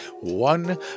One